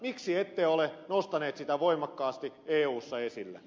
miksi ette ole nostanut sitä voimakkaasti eussa esille